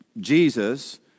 Jesus